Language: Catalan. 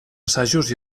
assajos